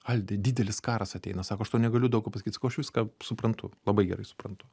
alvydai didelis karas ateina sako aš tau negaliu daug ko pasakyt sakau aš viską suprantu labai gerai suprantu